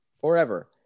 Forever